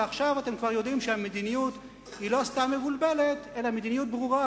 ועכשיו אתם כבר יודעים שהמדיניות היא לא סתם מבולבלת אלא מדיניות ברורה,